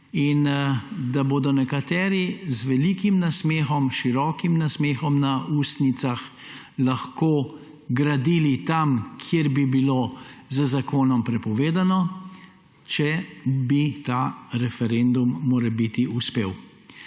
in da bodo nekateri z velikim nasmehom, širokim nasmehom na ustnicah lahko gradili tam, kjer bi bilo z zakonom prepovedno, če bi ta referendum morebiti uspel.